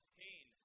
pain